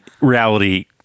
reality